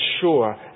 sure